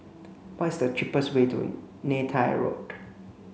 what is the cheapest way to Neythai Road